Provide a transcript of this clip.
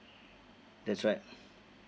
that's right